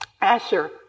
Asher